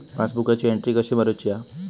पासबुकाची एन्ट्री कशी मारुची हा?